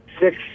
six